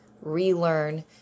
relearn